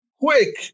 Quick